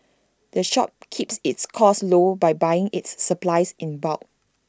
the shop keeps its costs low by buying its supplies in bulk